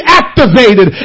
activated